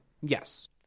Yes